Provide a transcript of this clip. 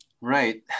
Right